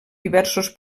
diversos